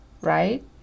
right